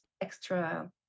extra